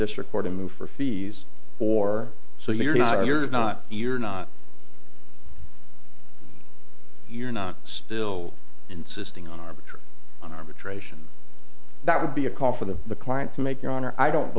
district or to move for fees or so you're not you're not you're not you're not still insisting on arbitron on arbitration that would be a call for the the client to make your honor i don't